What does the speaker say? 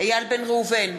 איל בן ראובן,